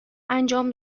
انجام